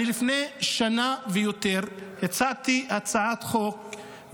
לפני שנה ויותר הצעתי הצעת חוק.